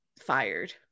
fired